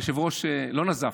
היושב-ראש לא נזף,